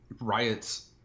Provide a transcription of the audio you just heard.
riots